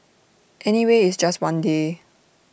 anyway it's just one day